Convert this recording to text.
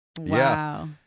Wow